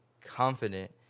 confident